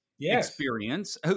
experience